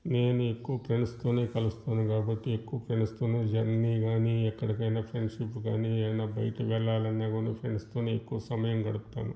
నేను ఎక్కువ ఫ్రెండ్స్ తోనీ కలుస్తాను కాబట్టి ఎక్కువ ఫ్రెండ్స్ తోనే జర్నీ కానీ ఎక్కడికైనా ఫ్రెండ్షిప్ కానీ ఏదైనా బయట వెళ్లాలన్నా గానే ఫ్రెండ్స్ తోనే ఎక్కువ సమయం గడుపుతాను